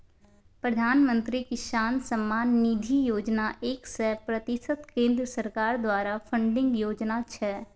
प्रधानमंत्री किसान सम्मान निधि योजना एक सय प्रतिशत केंद्र सरकार द्वारा फंडिंग योजना छै